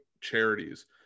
charities